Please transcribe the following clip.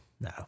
No